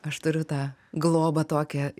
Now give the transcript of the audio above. aš turiu tą globą tokią